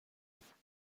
five